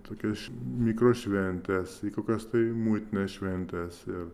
tokias mikrošventes į kokias tai muitinės šventes ir